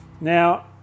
now